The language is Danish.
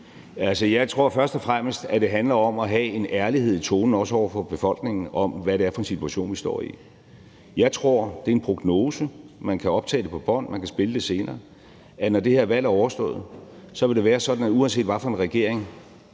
Jeg tror først og fremmest, det handler om at have en ærlighed i tonen, også over for befolkningen, om, hvad det er for en situation, vi står i. Jeg tror – det er en prognose, og man kan optage det på bånd og afspille det senere – at når det her valg er overstået, vil det være sådan, at uanset hvad for en regering